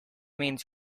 means